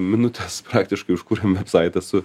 minutes faktiškai užkūrėm vebsaitą su